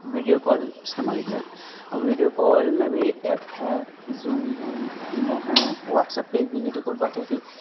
video call استعمال کیا اور ویڈیو کال میں بھی ایپ ہے زومی ہیں ایمو ہیں واٹسپ پہ بھی ویڈیو کال بات ہوتی